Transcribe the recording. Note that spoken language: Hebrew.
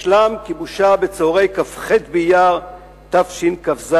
הושלם כיבושה בצהרי כ"ח באייר תשכ"ז,